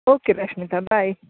okay Rashmita ಬಾಯ್